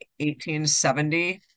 1870